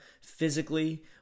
physically